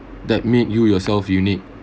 that made you yourself unique